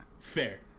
Fair